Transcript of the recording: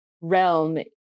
realm